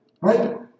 Right